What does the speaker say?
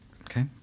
okay